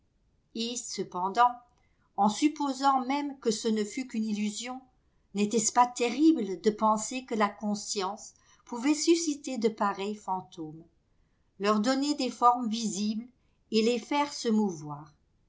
et cependant en supposant même que ce ne fût qu'une illusion n'était-ce pas terrible de penser que la conscience pouvait susciter de pareils fantômes leur donner des formes visibles et les faire se mouvoir